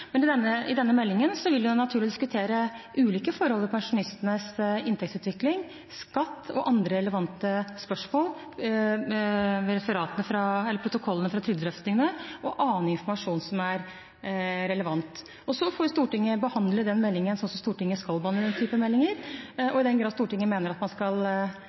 Men i meldingen vil vi naturligvis diskutere ulike forhold i pensjonistenes inntektsutvikling, skatt og andre relevante spørsmål, protokollene fra trygdedrøftingene og annen informasjon som er relevant. Og så får Stortinget behandle den meldingen sånn som Stortinget skal behandle den type meldinger, og i den grad Stortinget mener at man skal